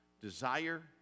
desire